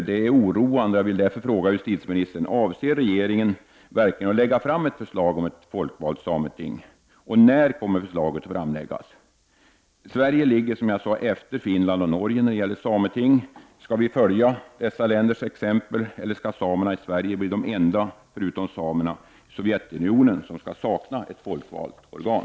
Det är oroande, och jag vill därför fråga justitieministern: Avser regeringen verkligen att lägga fram förslag om ett folkvalt sameting? När kommer förslaget att framläggas? Sverige ligger, som jag sade, efter Finland och Norge när det gäller sameting. Skall vi följa dessa länders exempel, eller skall samerna i Sverige bli de enda — förutom samerna i Sovjetunionen — som skall sakna ett folkvalt organ?